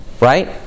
right